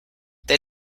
they